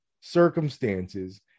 circumstances